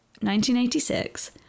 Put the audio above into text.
1986